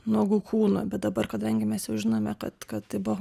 nuogo kūno bet dabar kadangi mes žinome kad kad tai buvo